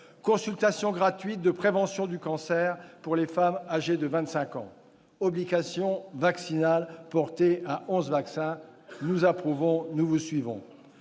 consultation gratuite de prévention du cancer pour les femmes âgées de 25 ans et l'obligation vaccinale portée à 11 vaccins, que nous approuvons. Nous confirmons